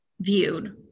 viewed